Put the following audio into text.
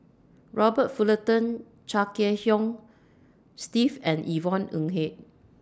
Robert Fullerton Chia Kiah Hong Steve and Yvonne Ng Uhde